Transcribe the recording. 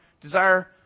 desire